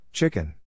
Chicken